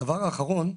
דבר אחרון: